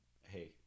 Hey